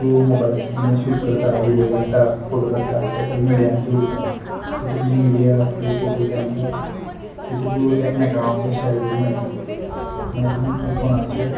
तूं मोबायलाचेर कितेंय शूट करता विडिओ काडटा फोटे काडटा तें सगलें मिडियांचे उरता सो तुका ही मिडिया आसा पय फोटो कॅमेरा ही तुका एकामेका वांगडा शेअर करूं मेयटा मागीर तुका फोनाचेर